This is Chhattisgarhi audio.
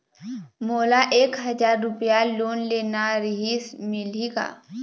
मोला एक हजार रुपया लोन लेना रीहिस, मिलही का?